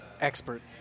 Expert